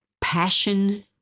passion